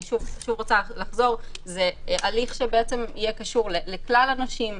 שוב, זה הליך שיהיה קשור לכלל הנושים.